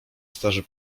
starzy